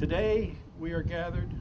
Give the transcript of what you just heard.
today we are gathered